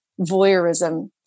voyeurism